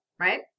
right